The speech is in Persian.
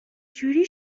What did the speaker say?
جوری